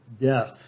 death